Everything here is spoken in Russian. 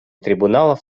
трибуналов